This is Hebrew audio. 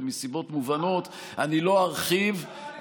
ומסיבות מובנות אני לא ארחיב.